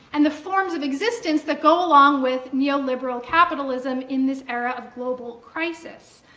and the forms of existence that go along with neoliberal capitalism in this era of global crisis.